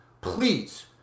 please